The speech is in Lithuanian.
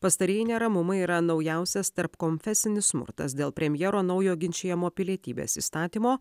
pastarieji neramumai yra naujausias tarpkonfesinis smurtas dėl premjero naujo ginčijamo pilietybės įstatymo